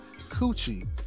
coochie